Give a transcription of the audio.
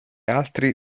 altri